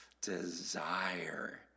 desire